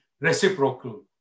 reciprocal